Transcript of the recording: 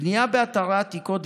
בנייה באתרי עתיקות,